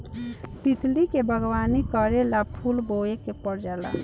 तितली के बागवानी करेला फूल बोए के पर जाला